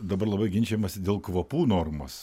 dabar labai ginčijamasi dėl kvapų normos